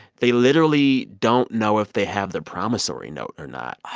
they literally don't know if they have the promissory note or not,